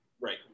right